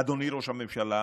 אדוני ראש הממשלה,